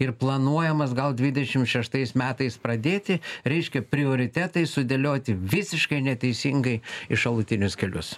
ir planuojamas gal dvidešim šeštais metais pradėti reiškia prioritetai sudėlioti visiškai neteisingai į šalutinius kelius